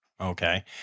Okay